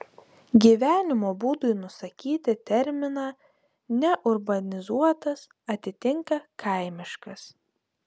gyvenimo būdui nusakyti terminą neurbanizuotas atitinka kaimiškas